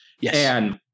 Yes